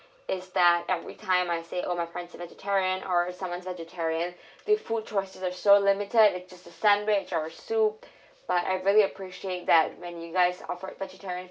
is that everytime I see all my friends vegetarian or someone's vegetarian the food choices are so limited it's just a sandwich or soup but I really appreciate that when you guys offer vegetarian